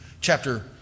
chapter